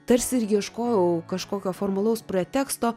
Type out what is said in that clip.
tarsi ir ieškojau kažkokio formalaus preteksto